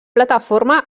plataforma